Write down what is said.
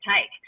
take